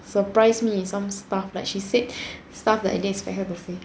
surprise me some stuff like she said stuff that I didn't expect her to say